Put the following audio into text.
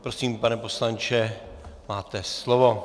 Prosím, pane poslanče, máte slovo.